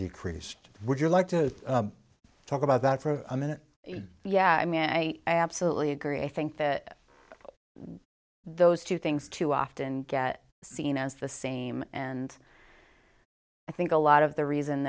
decreased would you like to talk about that for a minute yeah i mean i i absolutely agree i think that those two things too often get seen as the same and i think a lot of the reason